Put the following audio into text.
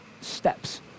steps